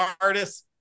artists